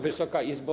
Wysoka Izbo!